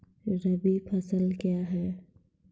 रबी फसल क्या हैं?